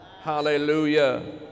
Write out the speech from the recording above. Hallelujah